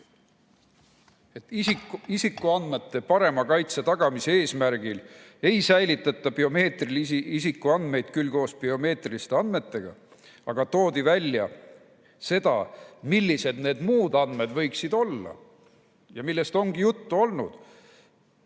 Isikuandmete parema kaitse tagamise eesmärgil ei säilitata biomeetrilisi isikuandmeid küll mitte koos biomeetriliste andmetega, aga toodi välja, millised need muud andmed võiksid olla, millest on juttu olnud.